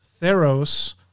Theros